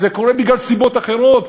זה קורה מסיבות אחרות,